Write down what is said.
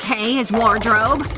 his wardrobe.